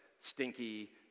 stinky